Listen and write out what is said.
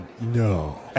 No